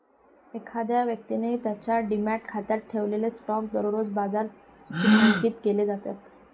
एखाद्या व्यक्तीने त्याच्या डिमॅट खात्यात ठेवलेले स्टॉक दररोज बाजारात चिन्हांकित केले जातात